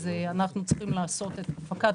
אז אנחנו צריכים לעשות את הנפקת